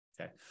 Okay